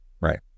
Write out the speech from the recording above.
Right